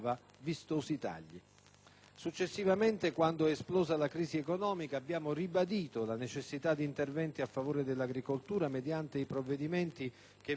Successivamente, quando è esplosa la crisi economica, abbiamo ribadito la necessità di interventi a favore dell'agricoltura mediante i provvedimenti che via via si susseguivano.